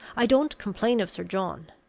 i don't complain of sir john!